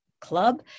club